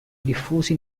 diffusi